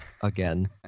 again